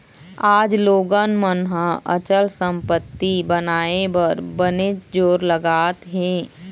आज लोगन मन ह अचल संपत्ति बनाए बर बनेच जोर लगात हें